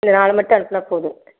நீங்கள் அது மட்டும் அனுப்பினா போதும்